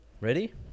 Ready